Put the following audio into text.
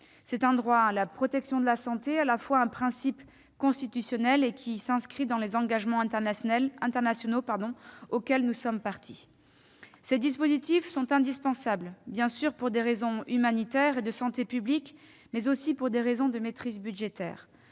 Ce droit à la protection de la santé est un principe constitutionnel qui s'inscrit dans les engagements internationaux auxquels la France est partie. Ces dispositifs sont indispensables, non seulement pour des raisons humanitaires et de santé publique, mais aussi pour des raisons de maîtrise budgétaire.